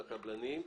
לקבלנים,